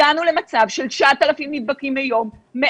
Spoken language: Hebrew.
הגענו למצב של 9,000 נדבקים ביום,